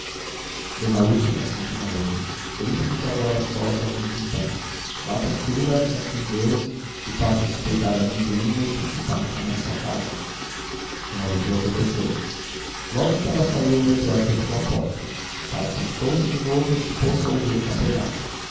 d úrsula continuou ele deixe-nos agora sós alguns instantes vá tranqüila confie em deus e não faça suspeitar a ninguém o que se passa nesta casa d úrsula obedeceu logo que ela saiu melchior fechou a porta estácio sentou-se de novo disposto a ouvir o capelão